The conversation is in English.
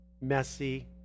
messy